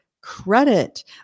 credit